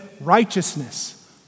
righteousness